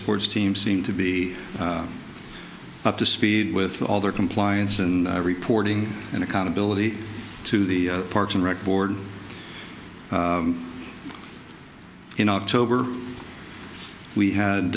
sports teams seem to be up to speed with all their compliance and reporting and accountability to the parks and rec board in october we